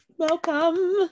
welcome